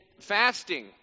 fasting